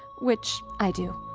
which, i do.